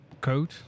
code